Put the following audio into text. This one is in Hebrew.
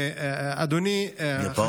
תודה.